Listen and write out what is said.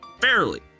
fairly